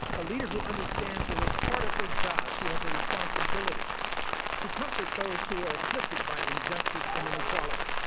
a leader who understands that, as part of her job, she has a responsibility to comfort those who are afflicted by injustice and inequality